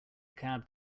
cab